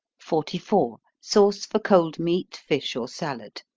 forty four. sauce for cold meat, fish or salad.